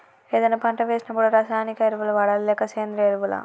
ఏదైనా పంట వేసినప్పుడు రసాయనిక ఎరువులు వాడాలా? లేక సేంద్రీయ ఎరవులా?